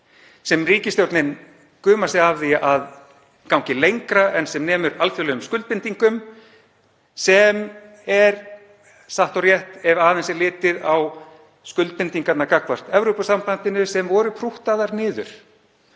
sem ríkisstjórnin gumar sig af að gangi lengra en sem nemur alþjóðlegum skuldbindingum. Það er satt og rétt ef aðeins er litið á skuldbindingarnar gagnvart Evrópusambandinu sem voru prúttaðar niður.